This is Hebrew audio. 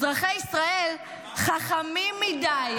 אזרחי ישראל חכמים מדי,